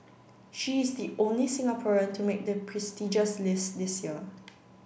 she is the only Singaporean to make the prestigious list this year